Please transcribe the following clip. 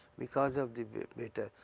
because of the better.